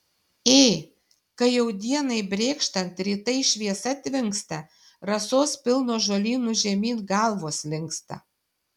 ė kai jau dienai brėkštant rytai šviesa tvinksta rasos pilnos žolynų žemyn galvos linksta